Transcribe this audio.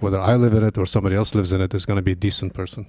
whether i live it or somebody else lives in it there's going to be a decent person